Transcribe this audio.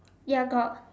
ya got